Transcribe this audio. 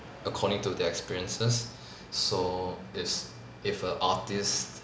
according to their experiences so it's if a artist